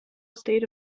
state